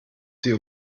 sie